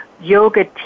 yoga